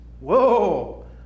Whoa